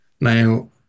Now